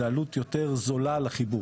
זה עלות יותר זולה לחיבור.